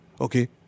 Okay